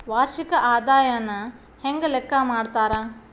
ವಾರ್ಷಿಕ ಆದಾಯನ ಹೆಂಗ ಲೆಕ್ಕಾ ಮಾಡ್ತಾರಾ?